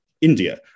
India